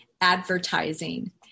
advertising